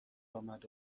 آمد